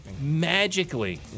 Magically